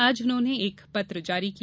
आज उन्होंने एक पत्र जारी किया